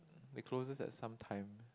it closes at some time